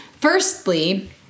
firstly